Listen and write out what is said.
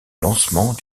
lancement